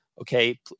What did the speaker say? okay